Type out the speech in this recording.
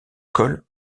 col